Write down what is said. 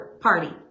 Party